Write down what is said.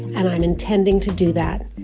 and i'm intending to do that.